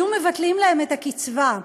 הוא שהיו מבטלים להן את הקצבה,